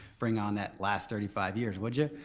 bring on that last thirty five years would you.